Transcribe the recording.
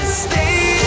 stay